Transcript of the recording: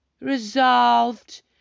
resolved